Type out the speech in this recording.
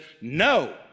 no